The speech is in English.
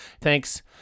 thanks